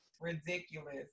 ridiculous